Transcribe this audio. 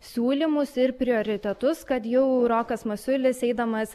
siūlymus ir prioritetus kad jau rokas masiulis eidamas